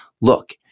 look